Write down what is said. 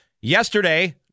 Yesterday